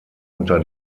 unter